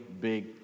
big